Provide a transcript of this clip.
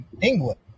England